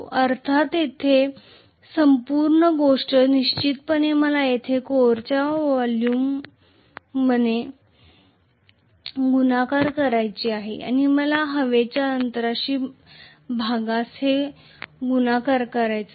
अर्थात येथे संपूर्ण गोष्ट निश्चितपणे मला येथे कोरच्या व्हॉल्यूमने गुणाकार करायची आहे आणि मला हवेच्या अंतराच्या भागासह हे गुणाकार करायचे आहे